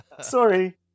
Sorry